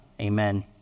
Amen